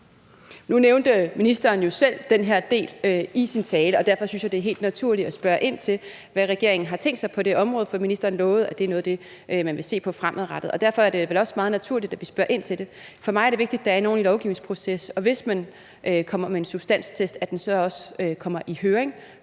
Nu nævnte ministeren jo selv den her del i sin tale, og derfor synes jeg, det er helt naturligt at spørge ind til, hvad regeringen har tænkt sig på det område, for ministeren lovede, at det er noget af det, man vil se på fremadrettet. Derfor er det vel også meget naturligt, at vi spørger ind til det. For mig er det vigtigt, at der er en ordentlig lovgivningsproces, og at en substanstest, hvis man kommer med en, så også kommer i høring,